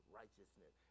righteousness